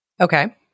Okay